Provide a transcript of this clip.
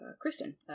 Kristen